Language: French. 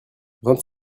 vingt